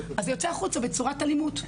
אז זה יוצא החוצה בצורת אלימות,